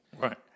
Right